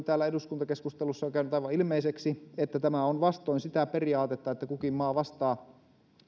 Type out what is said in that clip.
täällä eduskuntakeskustelussa on käynyt aivan ilmeiseksi että tämä on vastoin sitä periaatetta että kukin maa vastaan